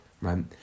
right